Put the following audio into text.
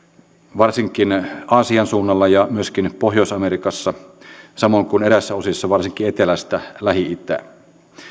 varsinkin aasian suunnalla ja myöskin pohjois amerikassa samoin kuin eräissä osissa varsinkin eteläistä lähi itää